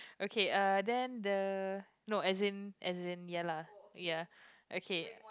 okay uh then the no as in as in ya lah ya okay